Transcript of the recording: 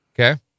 Okay